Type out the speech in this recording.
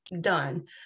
done